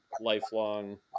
lifelong